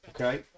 okay